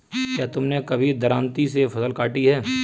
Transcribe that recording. क्या तुमने कभी दरांती से फसल काटी है?